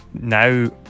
now